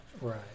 Right